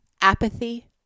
Apathy